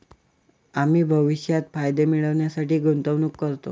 आम्ही भविष्यात फायदे मिळविण्यासाठी गुंतवणूक करतो